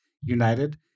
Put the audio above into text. United